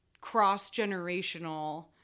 cross-generational